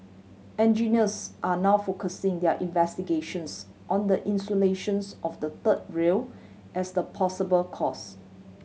engineers are now focusing their investigations on the insulations of the third rail as the possible cause